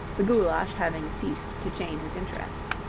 the goulash having ceased to chain his interest.